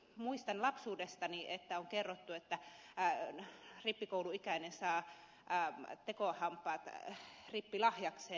muistan lapsuudestani että on kerrottu että rippikouluikäinen saa tekohampaat rippilahjakseen